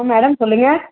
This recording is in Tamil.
மேடம் சொல்லுங்கள்